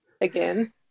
Again